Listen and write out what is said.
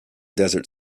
desert